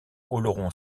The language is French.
oloron